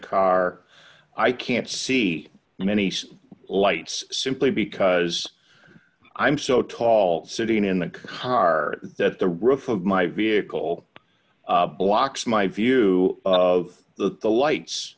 car i can't see many lights simply because i'm so tall sitting in the car that the roof of my vehicle blocks my view of the lights